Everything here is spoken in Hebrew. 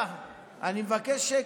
אני מבקש שקט.